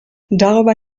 darüber